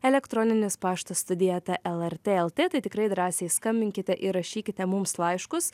elektroninis paštas studija eta lrt lt tai tikrai drąsiai skambinkite ir rašykite mums laiškus